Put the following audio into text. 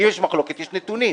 יש מחלוקת יש נתונים.